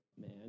man